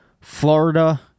Florida